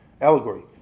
allegory